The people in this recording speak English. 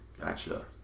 Gotcha